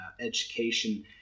education